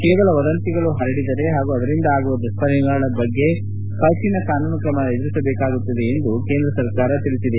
ಕೇವಲ ವದಂತಿಗಳು ಹರಡಿದರೆ ಹಾಗೂ ಅದರಿಂದ ಆಗುವ ದುಷ್ಪರಿಣಾಮಗಳ ಬಗ್ಗೆ ಕಠಿಣ ಕಾನೂನು ಕ್ರಮ ಎದುರಿಸಬೇಕಾಗುತ್ತದೆ ಎಂದು ಕೇಂದ್ರ ಸರಕಾರ ತಿಳಿಸಿದೆ